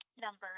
number